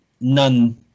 none